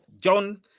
John